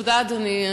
תודה, אדוני.